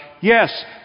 yes